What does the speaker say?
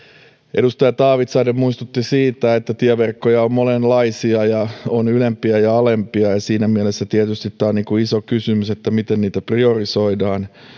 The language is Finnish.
edustaja taavitsainen muistutti siitä että tieverkkoja on monenlaisia on ylempiä ja alempia ja siinä mielessä tietysti tämä on iso kysymys miten niitä priorisoidaan